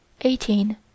Eighteen